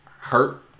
hurt